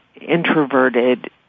introverted